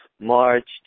March